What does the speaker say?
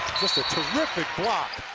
just a terrific block.